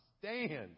stand